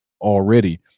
already